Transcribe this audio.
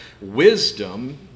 wisdom